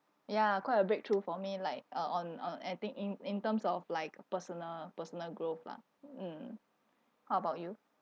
ya quite a breakthrough for me like uh on on anything in in terms of like personal personal growth lah mm how about you